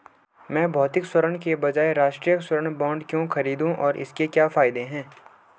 मैं भौतिक स्वर्ण के बजाय राष्ट्रिक स्वर्ण बॉन्ड क्यों खरीदूं और इसके क्या फायदे हैं?